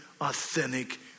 authentic